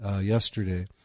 yesterday